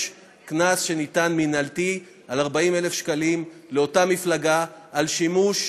ניתן קנס מינהלתי של 40,000 שקלים לאותה מפלגה על שימוש,